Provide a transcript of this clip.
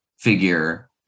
figure